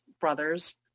brothers